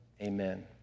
Amen